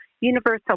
universal